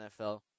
NFL